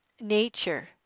nature